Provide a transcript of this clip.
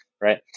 right